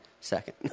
second